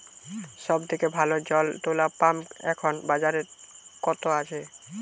সব থেকে ভালো জল তোলা পাম্প এখন বাজারে কত আছে?